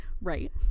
Right